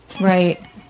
Right